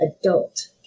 adult